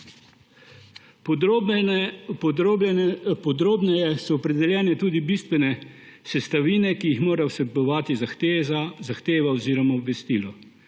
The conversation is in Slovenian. Podrobneje so opredeljene tudi bistvene sestavine, ki jih mora vsebovati zahteva oziroma obvestilo.